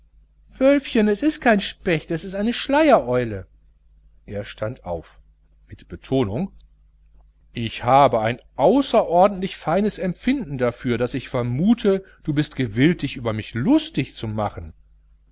wölfchen es ist kein specht es ist eine schleiereule er stand auf mit betonung ich habe ein außerordentlich feines empfinden dafür ich vermute du bist gewillt dich über mich lustig zu machen